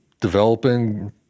developing